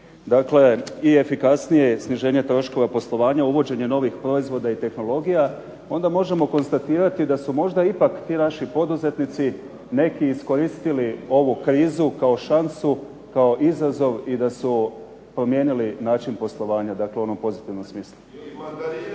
dakle i efikasnije i sniženje troškova poslovanja, uvođenje novih proizvoda i tehnologija, onda možemo konstatirati da su možda ipak ti naši poduzetnici neki iskoristili ovu krizu kao šansu, kao izazov i da su promijenili način poslovanja, dakle u onom pozitivnom smislu. **Jarnjak,